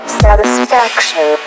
satisfaction